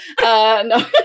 no